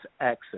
access